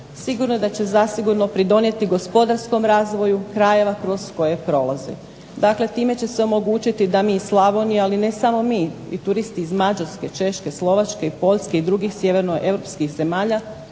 sigurno da će zasigurno pridonijeti gospodarskom razvoju krajeva kroz koje prolazi. Dakle, time će se omogućiti da mi iz Slavonije, ali ne samo mi i turisti iz Mađarske, Češke, Slovačke i Poljske i drugih sjevernoeuropskih zemalja